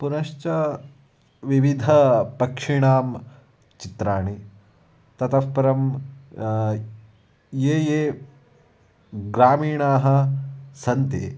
पुनश्च विविधपक्षिणां चित्राणि ततः परं ये ये ग्रामीणाः सन्ति